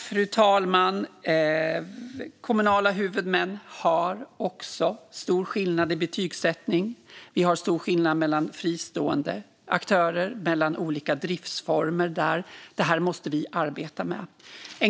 Fru talman! Kommunala huvudmän har också stor skillnad i betygsättning. Vi har stor skillnad mellan fristående aktörer och mellan olika driftsformer där. Det här måste vi arbeta med.